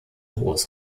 hohes